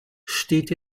steht